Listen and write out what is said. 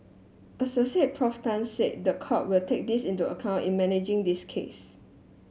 Assoc Prof Tan said the court will take this into account in managing this case